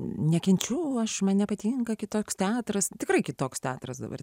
nekenčiu aš man nepatinka kitoks teatras tikrai kitoks teatras dabar